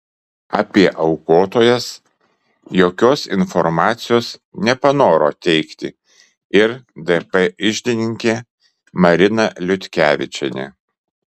apie aukotojas jokios informacijos nepanoro teikti ir dp iždininkė marina liutkevičienė